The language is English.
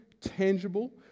tangible